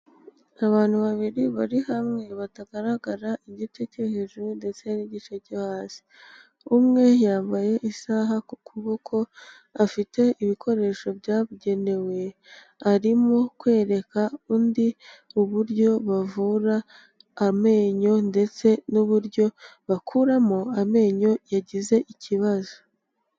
Abantu babiri bari hamwe batagaragara igicye cyo hejuru ndetse n'igice cyo hasi. Umwe yambaye isaha ku kuboko, afite ibikoresho byabugenewe, arimo kwereka undi uburyo bavura amenyo ndetse n'uburyo bakuramo amenyo yagize ikibazo.